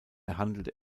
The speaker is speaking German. handelt